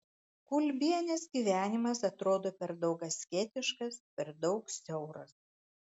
kulbienės gyvenimas atrodo per daug asketiškas per daug siauras